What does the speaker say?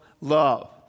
love